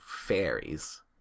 Fairies